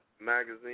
magazine